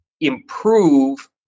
improve